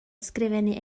ysgrifennu